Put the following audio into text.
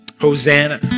Hosanna